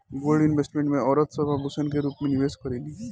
gold investment में औरत सब आभूषण के रूप में निवेश करेली